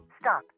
Stop